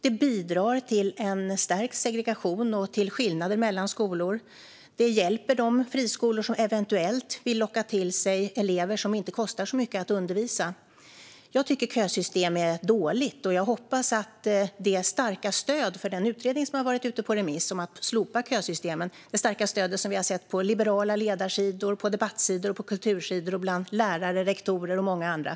Det bidrar till en stärkt segregation och till skillnader mellan skolor. Det hjälper de friskolor som eventuellt vill locka till sig elever som det inte kostar så mycket att undervisa. Jag tycker att kösystem är dåligt. Den utredning om att slopa kösystemen som har varit ute på remiss har fått starkt stöd på liberala ledarsidor, på debattsidor, på kultursidor och bland lärare, rektorer och många andra.